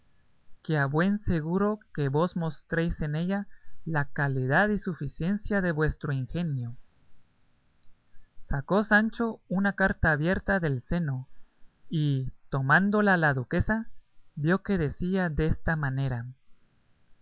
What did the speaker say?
que a buen seguro que vos mostréis en ella la calidad y suficiencia de vuestro ingenio sacó sancho una carta abierta del seno y tomándola la duquesa vio que decía desta manera